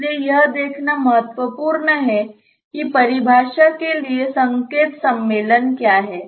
इसलिए यह देखना महत्वपूर्ण है कि परिभाषा के लिए संकेत सम्मेलन क्या है